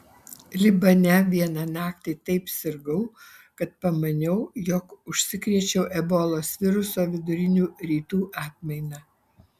libane vieną naktį taip sirgau kad pamaniau jog užsikrėčiau ebolos viruso vidurinių rytų atmaina